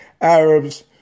Arabs